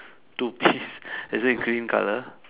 two piece is it green colour